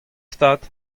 stad